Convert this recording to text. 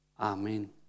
Amen